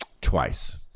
twice